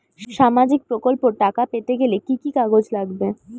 সামাজিক প্রকল্পর টাকা পেতে গেলে কি কি কাগজ লাগবে?